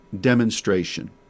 demonstration